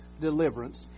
deliverance